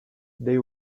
they